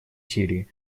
сирии